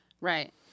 Right